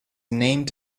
named